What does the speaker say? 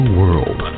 world